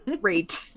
great